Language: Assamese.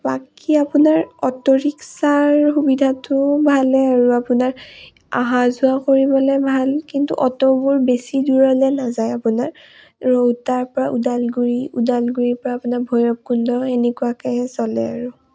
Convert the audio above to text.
বাকী আপোনাৰ অটোৰিক্সাৰ সুবিধাটো ভালেই আৰু আপোনাৰ অহা যোৱা কৰিবলৈ ভাল কিন্তু অটোবোৰ বেছি দূৰলৈ নাযায় আপোনাৰ ৰৌতাৰপৰা ওদালগুৰি উদালগুৰিৰপৰা আপোনাৰ ভৈৰৱকুণ্ড এনেকুৱাকৈহে চলে আৰু